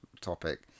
topic